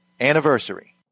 anniversary